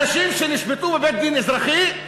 אנשים שנשפטו בבית-דין אזרחי,